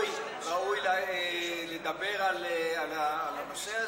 תרגילים חשבונאיים, נקרא לזה ככה,